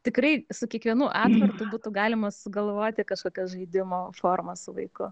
tikrai su kiekvienu atvertu būtų galima sugalvoti kažkokias žaidimo formas su vaiku